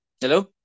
Hello